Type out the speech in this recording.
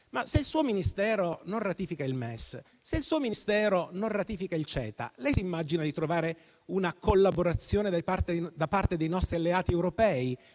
Se il suo Ministero non ratifica il MES, se il suo Ministero non ratifica il CETA, lei si immagina di trovare una collaborazione da parte dei nostri alleati europei?